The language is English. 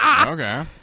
Okay